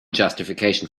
justification